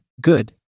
Good